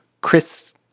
Chris